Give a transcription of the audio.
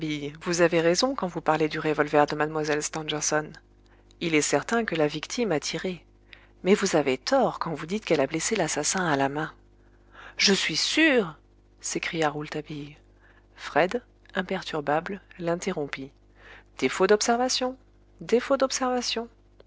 vous avez raison quand vous parlez du revolver de mlle stangerson il est certain que la victime a tiré mais vous avez tort quand vous dites qu'elle a blessé l'assassin à la main je suis sûr s'écria rouletabille fred imperturbable l'interrompit défaut d'observation défaut d'observation